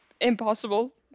impossible